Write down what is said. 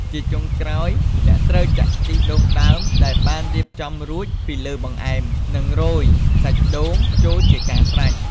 ជាចុងក្រោយ អ្នកត្រូវចាក់ខ្ទិះដូងដើមដែលបានរៀបចំរួចពីលើបង្អែម និងរោយសាច់ដូងចូលជាការស្រេច។